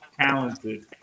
talented